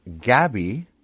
Gabby